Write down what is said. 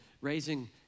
raising